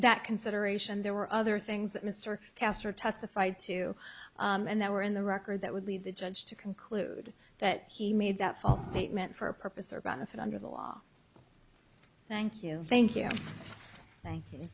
that consideration there were other things that mr caster testified to and that were in the record that would lead the judge to conclude that he made that false statement for a purpose or benefit under the law thank you thank you thank you